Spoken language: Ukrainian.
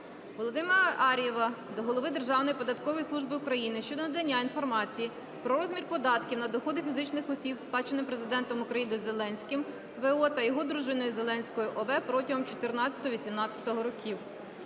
Володимира Ар'єва до голови Державної податкової служби України щодо надання інформації про розмір податків на доходи фізичних осіб, сплачених Президентом України Зеленським В.О. та його дружиною Зеленською О.В. протягом 2014-2018 років.